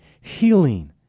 healing